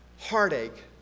heartache